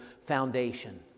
foundation